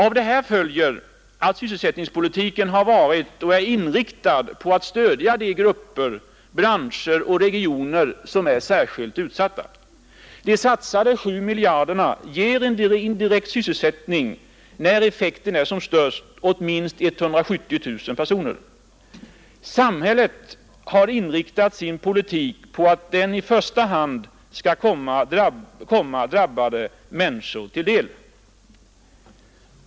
Av detta följer att sysselsättningspolitiken har varit och är inriktad på att stödja de grupper, branscher och regioner som är särskilt utsatta. De satsade 7 miljarderna ger, när effekten är som störst, en direkt sysselsättning åt minst 170 000 personer. Samhället har inriktat sin politik på att den i första hand skall komma drabbade människor till del.